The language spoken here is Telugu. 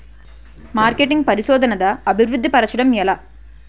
మార్కెటింగ్ పరిశోధనదా అభివృద్ధి పరచడం ఎలా